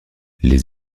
les